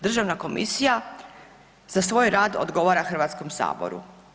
Državna komisija za svoj rad odgovara Hrvatskom saboru.